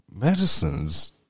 Medicines